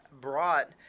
brought